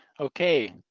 Okay